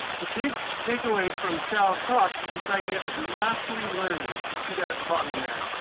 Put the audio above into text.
the big takeaway from sal's talks is this idea of mastery learning. if you see that at the bottom there.